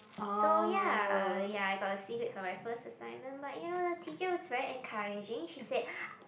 so ya ya I got C grade for my first assignment but you now the teacher was very encouraging she said